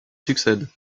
succède